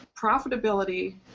profitability